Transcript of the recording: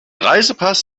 reisepass